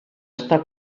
està